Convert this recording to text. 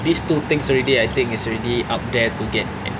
these two things already I think is already up there to get like